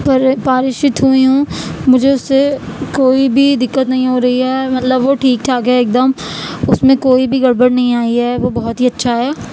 پارشت ہوئی ہوں مجھے اس سے کوئی بھی دقت نہیں ہو رہی ہے مطلب وہ ٹھیک ٹھاک ہے ایک دم اس میں کوئی بھی گڑبڑ نہیں آئی ہے وہ بہت ہی اچھا ہے